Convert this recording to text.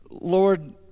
lord